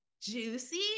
juicy